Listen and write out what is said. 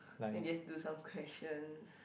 then you just do some questions